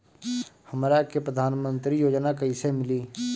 हमरा के प्रधानमंत्री योजना कईसे मिली?